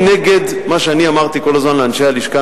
מה שאני אמרתי כל הזמן לאנשי הלשכה